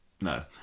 no